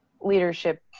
leadership